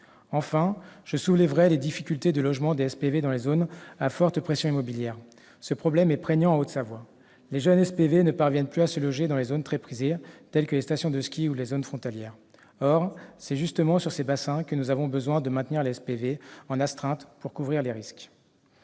Enfin, je soulèverai les difficultés de logement des SPV dans les zones à forte pression immobilière. Ce problème est prégnant en Haute-Savoie. Les jeunes SPV ne parviennent plus à se loger dans les zones très prisées telles que les stations de ski ou la zone transfrontalière. Or c'est justement sur ces bassins que nous avons besoin de maintenir les SPV en astreinte pour couvrir les risques.